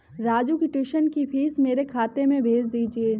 राजू के ट्यूशन की फीस मेरे खाते में भेज दीजिए